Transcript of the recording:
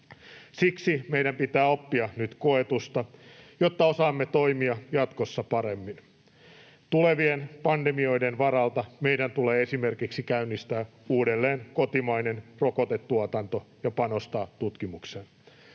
Siksi meidän pitää oppia nyt koetusta, jotta osaamme toimia jatkossa paremmin. Tulevien pandemioiden varalta meidän tulee esimerkiksi käynnistää uudelleen kotimainen rokotetuotanto ja panostaa tutkimukseen.